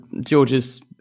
George's